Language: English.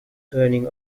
burning